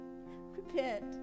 Repent